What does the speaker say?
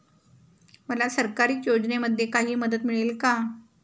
मला सरकारी योजनेमध्ये काही मदत मिळेल का?